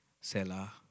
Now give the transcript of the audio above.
Selah